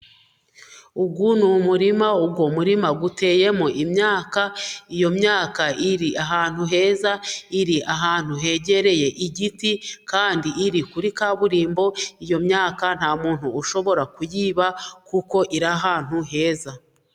Uyu ni umurima uwo murima uteyemo imyaka. Iyo myaka iri ahantu heza, iri ahantu hegereye igiti kandi iri kuri kaburimbo. Iyo myaka nta muntu ushobora kuyiba kuko iri ahantu heza.